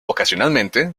ocasionalmente